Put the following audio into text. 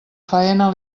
faena